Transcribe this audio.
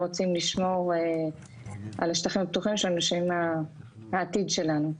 רוצים לשמור על השטחים הפתוחים שלנו שהם העתיד שלנו,